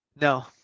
No